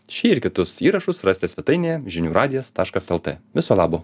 šį ir kitus įrašus rasite svetainėje žinių radijas taškas lt viso labo